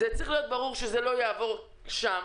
צריך להיות ברור שזה לא יעבור שם.